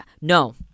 No